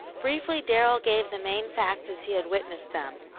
briefly darrell gave the main facts as he had witnessed them,